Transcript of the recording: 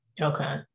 Okay